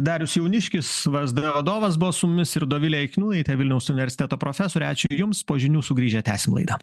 darius jauniškis vsd vadovas buvo su mumis ir dovilė jakniūnaitė vilniaus universiteto profesorė ačiū jums po žinių sugrįžę tęsim laidą